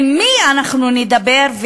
עם מי אנחנו נדבר,